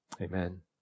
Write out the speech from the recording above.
Amen